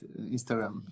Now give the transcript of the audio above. Instagram